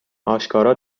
آشکارا